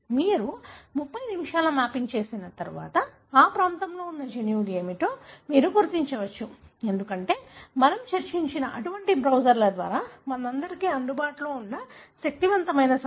మీరు 30 నిమిషాల్లో మ్యాపింగ్ చేసిన తర్వాత ఆ ప్రాంతంలో ఉన్న జన్యువులు ఏమిటో మీరు గుర్తించవచ్చు ఎందుకంటే మనము చర్చించిన అటువంటి బ్రౌజర్ల ద్వారా మనందరికీ అందుబాటులో ఉండే శక్తివంతమైన సమాచారం